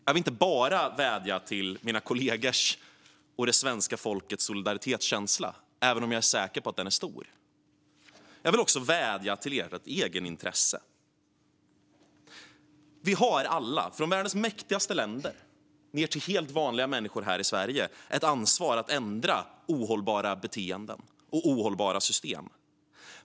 Jag vill inte bara vädja till mina kollegors och det svenska folkets solidaritetskänsla, även om jag är säker på att den är stor, utan jag vill också vädja till egenintresset. Vi har alla, från världens mäktigaste länder ned till helt vanliga människor här i Sverige, ett ansvar för att ändra ohållbara beteenden och system.